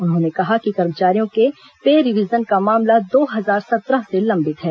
उन्होंने कहा कि कर्मचारियों के पे रिवीजन का मामला दो हजार सत्रह से लंबित हैं